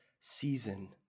season